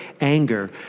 anger